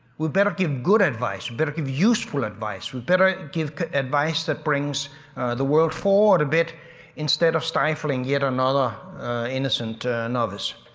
we better give good advice, we better give useful advice, we better give advice that brings the world forward a bit instead of stifling yet another innocent novice